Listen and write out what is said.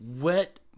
wet